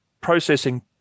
processing